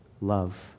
love